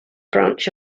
branch